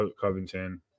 Covington